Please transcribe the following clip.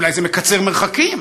אולי זה מקצר מרחקים,